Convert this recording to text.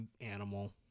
animal